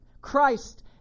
Christ